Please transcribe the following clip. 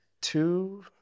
two